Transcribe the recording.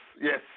yes